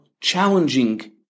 challenging